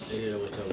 dan dah macam